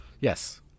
Yes